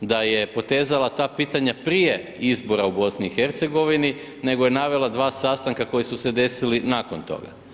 da je potezala ta pitanja prije izbora u BiH, nego je navela dva sastanka koja su se desili nakon toga.